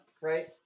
right